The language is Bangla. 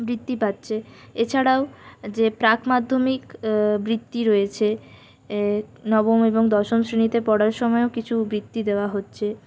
বৃত্তি পাচ্ছে এছাড়াও যে প্রাক মাধ্যমিক বৃত্তি রয়েছে নবম এবং দশম শ্রেণিতে পড়ার সময়ও কিছু বৃত্তি দেওয়া হচ্ছে